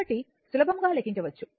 కాబట్టి సులభంగా లెక్కించవచ్చు